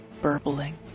burbling